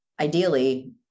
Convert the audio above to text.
ideally